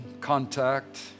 contact